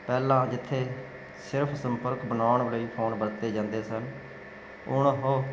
ਪਹਿਲਾਂ ਜਿੱਥੇ ਸਿਰਫ ਸੰਪਰਕ ਬਣਾਉਣ ਲਈ ਫੋਨ ਵਰਤੇ ਜਾਂਦੇ ਸਨ ਹੁਣ ਉਹ